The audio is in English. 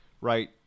right